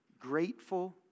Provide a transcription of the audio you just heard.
grateful